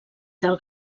del